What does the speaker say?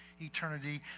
eternity